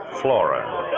Flora